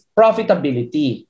profitability